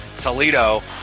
Toledo